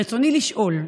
רצוני לשאול: